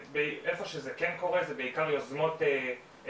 איפה שזה כן קורה זה בעיקר יוזמות ספציפיות,